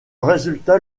résultat